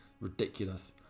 ridiculous